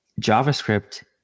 JavaScript